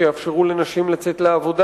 שיאפשרו ליותר נשים לצאת לעבודה.